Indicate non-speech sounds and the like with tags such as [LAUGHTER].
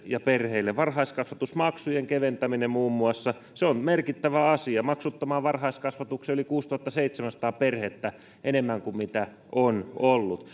ja perheille varhaiskasvatusmaksujen keventäminen muun muassa se on merkittävä asia maksuttomaan varhaiskasvatukseen yli kuusituhattaseitsemänsataa perhettä enemmän kuin mitä on ollut [UNINTELLIGIBLE]